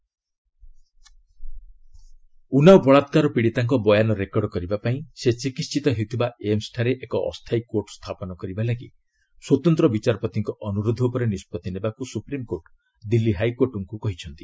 SC ଉନ୍ାଓ ଉନ୍ନାଓ ବଳାକାର ପୀଡିତାଙ୍କ ବୟାନ ରେକର୍ଡ କରିବା ପାଇଁ ସେ ଚିକିିିିତ ହେଉଥିବା ଏମ୍ସଠାରେ ଏକ ଅସ୍ଥାୟୀ କୋର୍ଟ ସ୍ଥାପନ କରିବା ଲାଗି ସ୍ୱତନ୍ତ ବିଚାରପତିଙ୍କ ଅନୁରୋଧ ଉପରେ ନିଷ୍ପଭି ନେବାକୁ ସୁପ୍ରିମକୋର୍ଟ ଦିଲ୍ଲୀ ହାଇକୋର୍ଟଙ୍କୁ କହିଛନ୍ତି